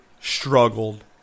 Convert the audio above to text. struggled